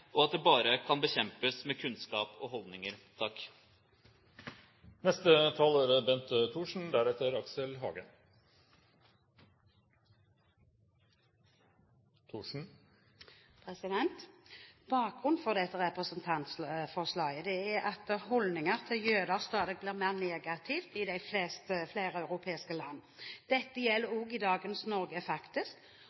og at det bare kan bekjempes med kunnskap og holdninger. Bakgrunnen for dette representantforslaget er at holdningen til jøder stadig blir mer negativ i flere europeiske land. Dette gjelder